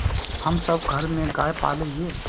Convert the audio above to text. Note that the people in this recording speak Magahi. हम सब घर में गाय पाले हिये?